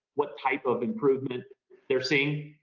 what type of improvement they're seeing?